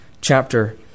chapter